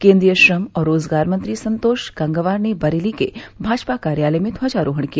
केन्द्रीय श्रम और रोजगार मंत्री संतोष गंगवार ने बरेली के भाजपा कार्यालय में ध्वजारोहण किया